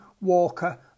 Walker